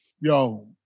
Yo